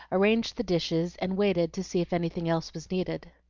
arranged the dishes, and waited to see if anything else was needed.